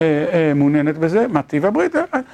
אה אה מעוניינת בזה, מה טיב הברית.